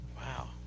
Wow